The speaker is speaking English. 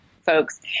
folks